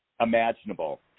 imaginable